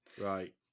Right